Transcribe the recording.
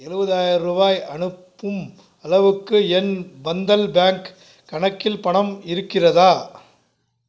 எழுவதாயிரம் ரூபாய் அனுப்பும் அளவுக்கு என் பந்தல் பேங்க் கணக்கில் பணம் இருக்கிறதா